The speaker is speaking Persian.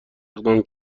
اقدام